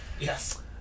Yes